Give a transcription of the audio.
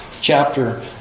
chapter